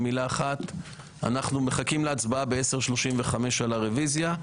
אנחנו מחכים להצבעה ב-10:35 על הרביזיה.